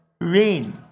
Rain